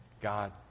God